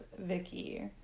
Vicky